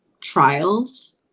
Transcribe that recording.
trials